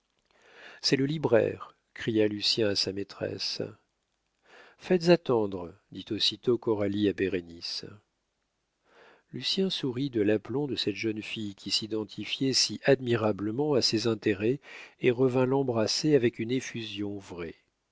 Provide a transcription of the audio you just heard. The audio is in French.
c'est le libraire cria lucien à sa maîtresse faites attendre dit aussitôt coralie à bérénice lucien sourit de l'aplomb de cette jeune fille qui s'identifiait si admirablement à ses intérêts et revint l'embrasser avec une effusion vraie